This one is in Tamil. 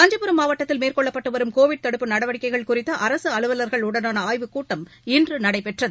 காஞ்சிபுரம் மாவட்டத்தில் மேற்கொள்ளப்பட்டு வரும் கோவிட் தடுப்பு நடவடிக்கைகள் குறித்த அரசு அலுவலர்களுடனான ஆய்வுக்கூட்டம் இன்று நடைபெற்றது